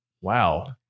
Wow